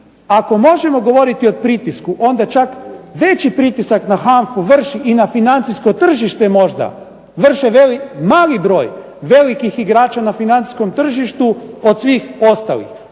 ako možemo govoriti o pritisku onda čak veći pritisak na HANFA-u vrši i na financijsko tržište možda, vrše mali broj velikih igrača na financijskom tržištu od svih ostalih.